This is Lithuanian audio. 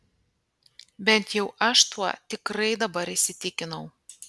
bent jau aš tuo tikrai dabar įsitikinau